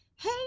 Hey